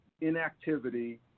inactivity